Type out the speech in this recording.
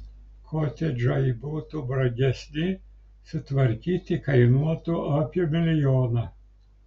kotedžai būtų brangesni sutvarkyti kainuotų apie milijoną